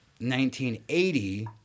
1980